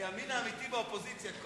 הימין האמיתי באופוזיציה.